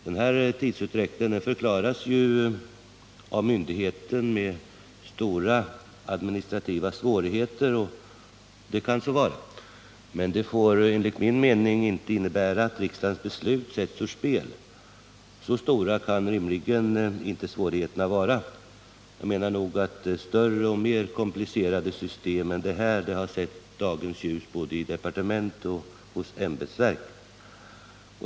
Denna tidsutdräkt förklaras av myndigheten med stora administrativa svårigheter — och det kan så vara. Men det får enligt min mening inte innebära att riksdagens beslut sätts ur spel. Så stora kan rimligen inte svårigheterna vara. Större och mer komplicerade system än detta har sett dagens ljus både i departement och i ämbetsverk.